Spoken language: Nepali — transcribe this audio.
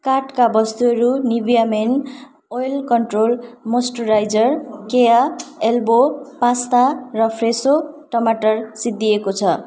कार्टका वस्तुहरू Nivea men oil control moisturiser केया एल्बो पास्ता र फ्रेसो टमाटर सिद्धिएको छ